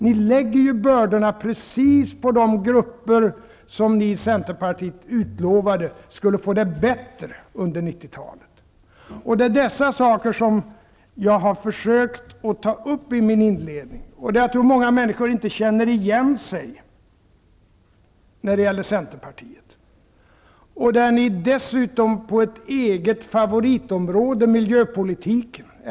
Ni lägger ju bördorna på just de grupper som ni i Centerpartiet lovade skulle få det bättre under 90-talet. Det är dessa saker som jag har försökt att ta upp i min inledning. Jag tror inte att många människor känner igen Centerpartiet. Så till ert eget favoritområde, miljöpolitiken.